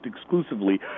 exclusively